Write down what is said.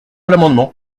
l’amendement